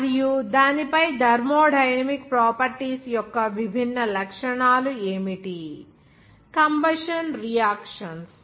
మరియు దానిపై thermodynamic properties యొక్క విభిన్న లక్షణాలు ఏమిటి కంబషన్ రియాక్షన్స్